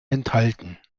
enthalten